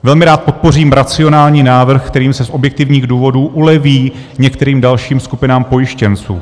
Velmi rád podpořím racionální návrh, kterým se z objektivních důvodů uleví některým dalším skupinám pojištěnců.